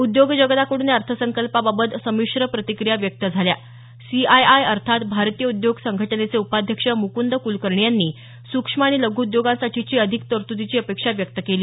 उद्योग जगताकडून या अर्थसंकल्पाबाबत संमिश्र प्रतिक्रिया व्यक्त झाल्या सी आय आय अर्थात भारतीय उद्योग संघटनेचे उपाध्यक्ष मुकुंद कुलकर्णी यांनी सूक्ष्म आणि लघू उद्योगांसाठीची अधिक तर्तुदीची अपेक्षा व्यक्त केली